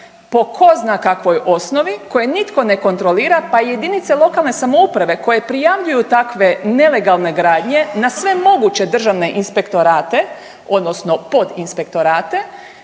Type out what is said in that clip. po ko zna kakvoj osnovi koje nitko ne kontrolira pa jedinice lokalne samouprave koje prijavljuju takve nelegalne gradnje na sve moguće državne inspektorate odnosno pod inspektorate